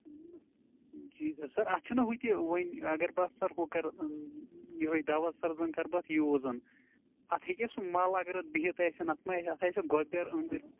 جی sir sir اَتھ چھُنہٕ ہُتہِ وۅنۍ اگر بہٕ اَتھ سر ہُہ کَرٕ یوٚہے دوا سَر زَن کَرٕ بہٕ اَتھ یوٗز اَتھ ہیٚکیٛاہ سُہ مَل اگرٕے اَتھ بِہِتھ آسیٚن اَتھ ما آسہِ اَتھ آسہِ گۄبیٚر أنٛدٕرۍ